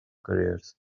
careers